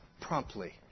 promptly